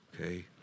Okay